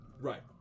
Right